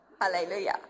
Hallelujah